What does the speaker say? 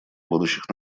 будущих